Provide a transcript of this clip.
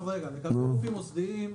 לגבי גופים מוסדיים,